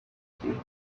safely